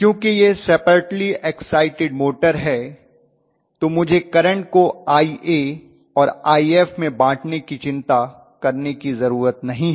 क्योंकि ये separately excited motor है तो मुझे करंट को Ia और If में बाँटने की चिंता करने की ज़रूरत नहीं है